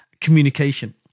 communication